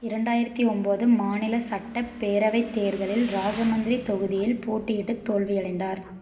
இரண்டாயிரத்து ஒம்பது மாநில சட்டப்பேரவை தேர்தலில் ராஜமந்திரி தொகுதியில் போட்டியிட்டு தோல்வியடைந்தார்